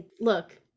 look